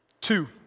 Two